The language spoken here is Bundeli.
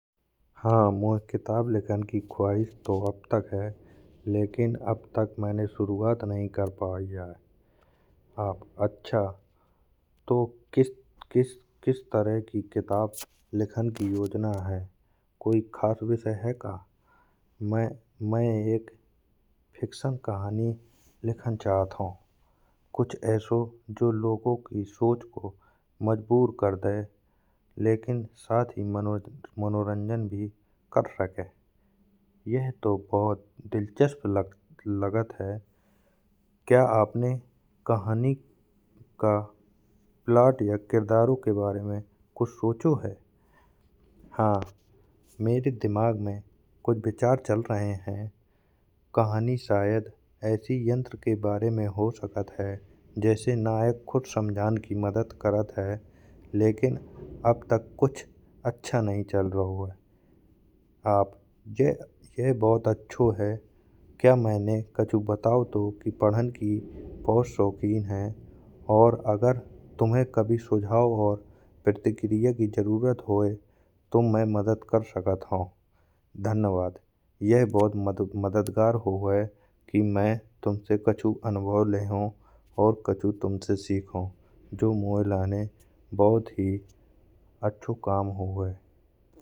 हाँ मोए किताब लिखण की ख्वाइश तो अब तक है। लेकिन अब तक मैने शुरुआत नहीं कर पाइ आए आप अच्छा तो किस किस तरह की किताब लेखन की योजना है। कोई खास विषय है का मैं एक फिक्शन कहानी लिखण चाहत हो। कुछ ऐसा जो लोगों की सोच को मजबूर कर दे। लेकिन साथ ही मनोरंजन भी कर सके यह तो बहुत दिलचस्प लगत है। क्या अपने कहानी का प्लॉट या किरदारों के बारे में कुछ सोचो है। हाँ मेरे दिमाग में कुछ विचार चल रहे हैं कहानी शायद ऐसी यंत्र के बारे में हो सकत है। जैसे नायक खुद समझण की मदद करद है लेकिन अब तक कुछ अच्छा नहीं चल रहो आए। यह बहुत अच्छा है क्या मैने कल बताओ तो कि पढ़ान की बहुत शौकीन है। और अगर तुम्हे कभी सुझाव और प्रतिक्रिया की जरूरत हुए तो मैं मदद कर सकत हो। धन्यवाद यह बहुत मददगार होते कि मैं तुमसे कच्छु अनमोल लेखो और कच्छु तुमसे सीखो जो मोए लाने बहुत ही अच्छा काम होहे।